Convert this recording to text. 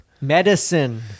Medicine